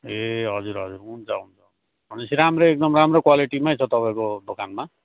ए हजुर हजुर हुन्छ हुन्छ भनेपछि राम्रो एकदम राम्रो क्वालिटीमै छ तपाईँको दोकानमा